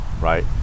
right